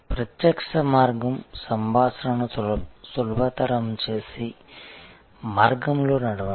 ప్రత్యక్ష మార్గం సంభాషణను సులభతరం చేసే మార్గంలో నడవండి